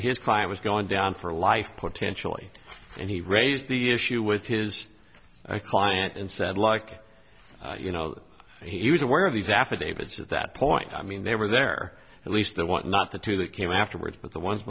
his client was gone down for life potentially and he raised the issue with his client and said like you know he was aware of these affidavits at that point i mean they were there at least they want not the two that came afterwards but the ones